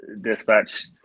dispatch